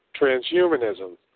transhumanism